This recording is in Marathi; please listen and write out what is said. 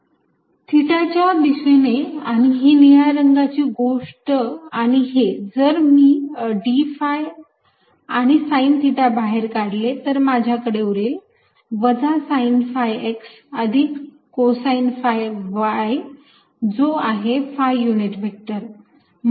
थिटा च्या दिशेने आणि ही निळ्या रंगाची गोष्ट आणि हे जर मी d phi आणि साइन थिटा बाहेर काढले तर माझ्याकडे उरेल वजा साइन phi x अधिक कोसाइन phi y जो आहे phi युनिट व्हेक्टर